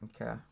Okay